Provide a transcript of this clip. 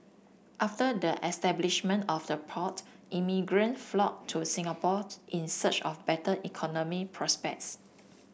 after the establishment of the port immigrant flocked to Singapore in search of better economic prospects